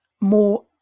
more